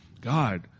God